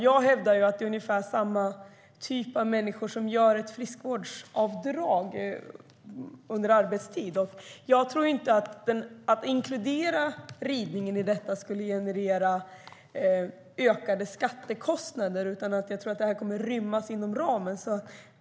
Jag hävdar att det är ungefär samma typ av människor som gör friskvårdsavdrag under arbetstid. Om man inkluderade ridningen i det tror jag inte att det skulle leda till ökade skatter. Jag tror att det skulle rymmas inom ramen.